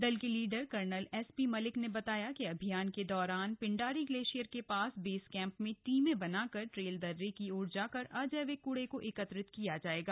दल के leader colonel SP Malik ने बताया कि अभियान के दौरान पिंडारी ग्लेशियर के पास बेस कैंप में टीमें बनाकर ट्रेल दर्रे की ओर जाकर अजैविक कूड़े को एकत्रित किया जाएगा